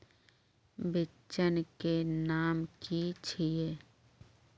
बिचन के नाम की छिये?